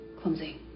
clumsy